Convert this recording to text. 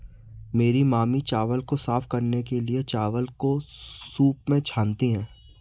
मेरी मामी चावल को साफ करने के लिए, चावल को सूंप में छानती हैं